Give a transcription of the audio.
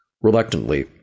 Reluctantly